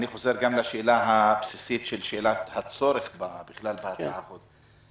אני חוזר גם לשאלה הבסיסית של הצורך בכלל בהצעת החוק.